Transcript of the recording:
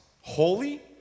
Holy